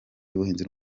y’ubuhinzi